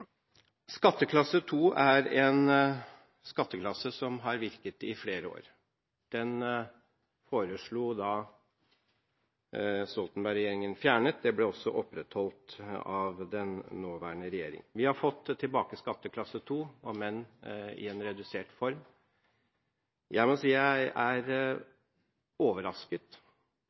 Skatteklasse 2 er en skatteklasse som har virket i flere år. Stoltenberg-regjeringen foreslo den fjernet, det ble også opprettholdt av den nåværende regjering. Vi har fått tilbake skatteklasse 2, om enn i en redusert form. Jeg er overrasket